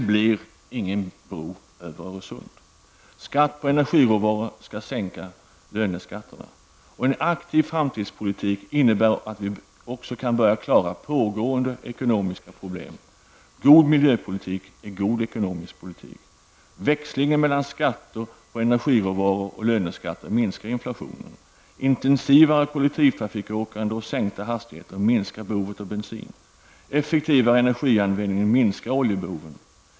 En aktivt framtidspolitik innebär att vi också kan börja klara befintliga ekonomiska problem. God miljöpolitik är god ekonomisk politik. Växlingen mellan skatter på energiråvaror och löneskatter minskar inflationen. Ett intensivare kollektivtrafikåkande och sänkta hastigheter minskar behovet av bensin. Effektivare energianvändning minskar oljebehovet.